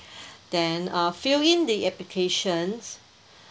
then uh fill in the applications